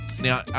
Now